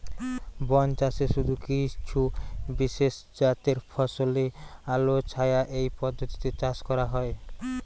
বনচাষে শুধু কিছু বিশেষজাতের ফসলই আলোছায়া এই পদ্ধতিতে চাষ করা হয়